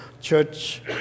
church